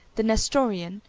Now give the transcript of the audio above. the nestorian,